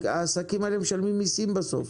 העסקים האלה משלמים מיסים בסוף,